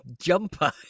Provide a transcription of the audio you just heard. jumper